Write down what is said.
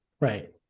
right